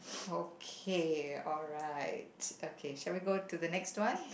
okay alright okay shall we go to the next one